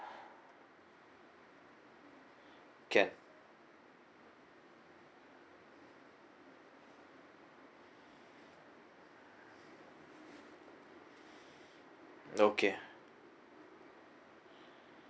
can okay